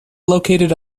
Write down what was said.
located